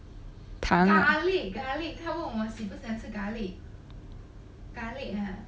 糖哦